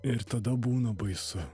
ir tada būna baisu